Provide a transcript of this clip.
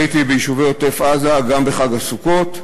הייתי ביישובי עוטף-עזה גם בחג הסוכות,